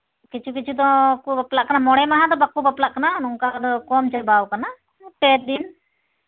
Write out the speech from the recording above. ᱠᱤᱪᱷᱩ ᱠᱤᱪᱷᱩ ᱫᱚᱠᱚ ᱵᱟᱯᱞᱟᱜ ᱠᱟᱱᱟ ᱢᱚᱬᱮ ᱢᱟᱦᱟ ᱫᱚ ᱵᱟᱠᱚ ᱵᱟᱯᱞᱟᱜ ᱠᱟᱱᱟ ᱱᱚᱝᱠᱟ ᱫᱚ ᱠᱚᱢ ᱪᱟᱵᱟᱣ ᱠᱟᱱᱟ ᱯᱮ ᱫᱤᱱ